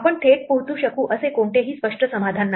आपण थेट पोहोचू शकू असे कोणतेही स्पष्ट समाधान नाही